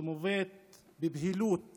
שמובאת בבהילות